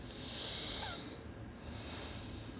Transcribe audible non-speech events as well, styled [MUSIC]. [BREATH]